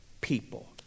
people